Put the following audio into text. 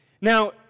Now